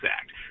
Act